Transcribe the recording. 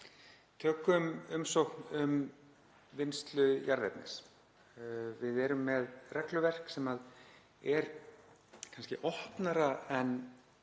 tökum umsókn um vinnslu jarðefnis. Við erum með regluverk sem er kannski opnara en